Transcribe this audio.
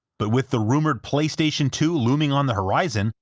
but with the rumored playstation two looming on the horizon,